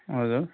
हजुर